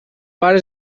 pare